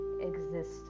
exist